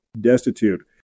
destitute